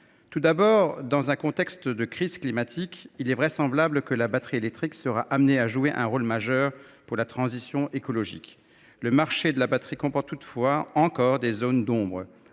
Tout d’abord, dans un contexte de crise climatique, il est vraisemblable que la batterie électrique sera amenée à jouer un rôle majeur dans la transition écologique. Toutefois, le marché des batteries comporte encore des zones d’ombre.